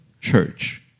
Church